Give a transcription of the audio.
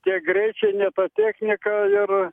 ne tie greičiai ne ta technika ir